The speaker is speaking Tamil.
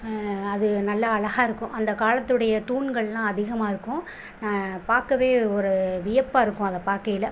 அது நல்லா அழகாக இருக்கும் அந்த காலத்துடைய தூண்கள்லாம் அதிகமாக இருக்கும் பார்க்கவே ஒரு வியப்பாக இருக்கும் அதை பார்க்கையில